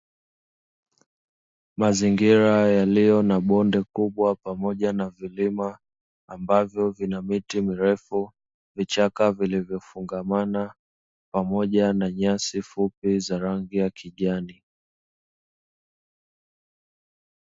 Mazingira yaliyo na bonde kubwa pamoja na vilima, ambavyo vina miti mirefu, vichaka vilivyofungwa mana, pamoja na nyasi fupi za rangi ya kijani.